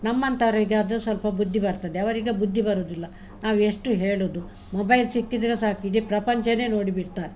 ನಮ್ಮಂಥವರಿಗೆ ಅದು ಸ್ವಲ್ಪ ಬುದ್ಧಿ ಬರ್ತದೆ ಅವರಿಗೆ ಬುದ್ಧಿ ಬರುದಿಲ್ಲ ನಾವು ಎಷ್ಟು ಹೇಳೋದು ಮೊಬೈಲ್ ಸಿಕ್ಕಿದರೆ ಸಾಕು ಇಡೀ ಪ್ರಪಂಚನೇ ನೋಡಿ ಬಿಡ್ತಾರೆ